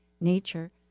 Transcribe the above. nature